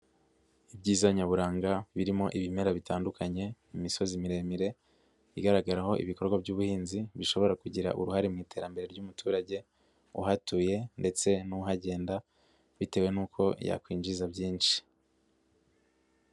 Ibyiza nyaburanga birimo ibimera bitandukanye imisozi miremire, igaragaraho ibikorwa by'ubuhinzi bishobora kugira uruhare mu iterambere ry'umuturage uhatuye ndetse n'uhagenda bitewe n'uko yakwinjiza byinshi.